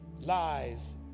lies